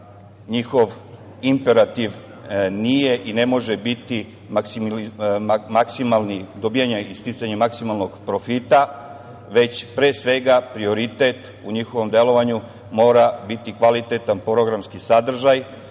njihov imperativ nije i ne može biti dobijanje i sticanje maksimalnog profita, već prioritet u njihovom delovanju mora biti kvalitetan programski sadržaj,